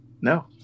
No